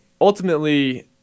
ultimately